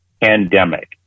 pandemic